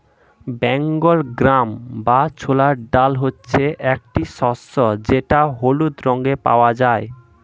Bengal gram বা ছোলার ডাল হচ্ছে একটি ফসল যেটা হলুদ রঙে পাওয়া যায়